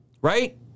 right